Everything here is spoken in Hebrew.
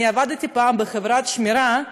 אני עבדתי פעם בחברת שמירה,